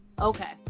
Okay